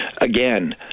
again